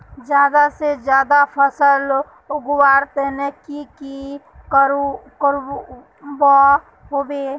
ज्यादा से ज्यादा फसल उगवार तने की की करबय होबे?